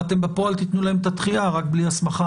אתם בפועל תתנו להם את הדחייה, רק בלי הסמכה.